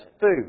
food